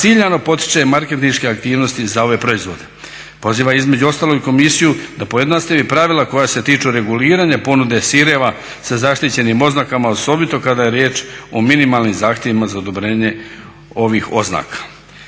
ciljano potiče marketinške aktivnosti za ove proizvode. Poziva između ostalog i Komisiju da pojednostavi pravila koja se tiču reguliranja ponude sireva za zaštićenim oznakama osobito kada je riječ o minimalnim zahtjevima za odobrenje ovih oznaka.